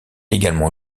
également